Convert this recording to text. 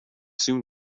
soon